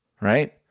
right